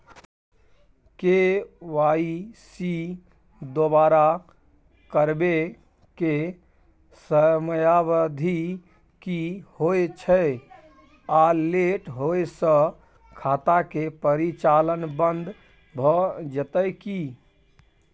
KYC दोबारा करबै के समयावधि की होय छै आ लेट होय स खाता के परिचालन बन्द भ जेतै की?